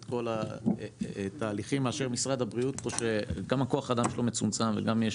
כל התהליכים מאשר משרד הבריאות פה שגם כוח האדם שלו מצומצם וגם יש,